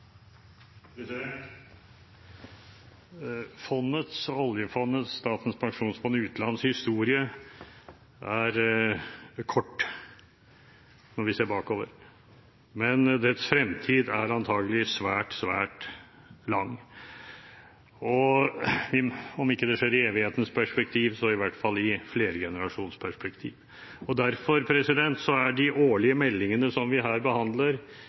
kort når vi ser bakover, men dets fremtid er antakelig svært, svært lang – om det ikke er i evighetens perspektiv, så i hvert fall i et flergenerasjonsperspektiv. Derfor er de årlige meldingene som vi her behandler,